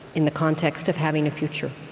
in the context of having a future